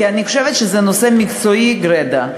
כי אני חושבת שזה נושא מקצועי גרידא.